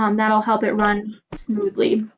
um that'll help it run smoothly.